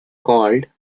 called